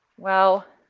well,